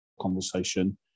conversation